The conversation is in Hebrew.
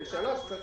3. צריך